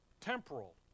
Temporal